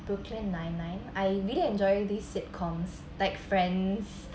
brooklyn nine nine I really enjoy these sitcoms like friends